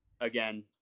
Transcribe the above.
again